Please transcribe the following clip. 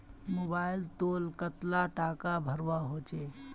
Mobile लोत कतला टाका भरवा होचे?